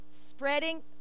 spreading